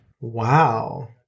Wow